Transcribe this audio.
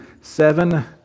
seven